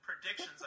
predictions